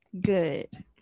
good